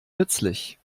nützlich